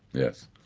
yes.